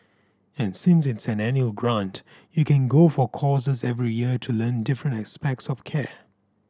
and since it's an annual grant you can go for courses every year to learn different aspects of care